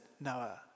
Noah